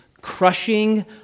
crushing